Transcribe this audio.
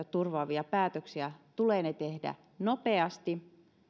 ja terveyttä turvaavia päätöksiä tulee ne tehdä nopeasti selkeinä